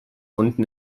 unten